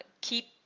Keep